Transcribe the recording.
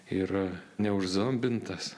yra neužzombintas